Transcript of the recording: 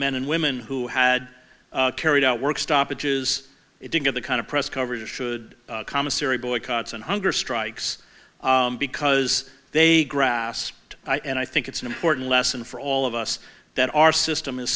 men and women who had carried out work stoppages it didn't get the kind of press coverage should commissary boycotts and hunger strikes because they grasped and i think it's an important lesson for all of us that our system is